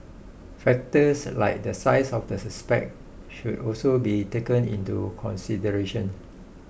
factors like the size of the suspect should also be taken into consideration